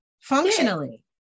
Functionally